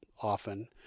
often